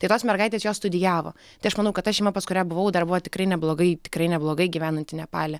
tai tos mergaitės jos studijavo tai aš manau kad ta šeima pas kurią buvau dar buvo tikrai neblogai tikrai neblogai gyvenanti nepale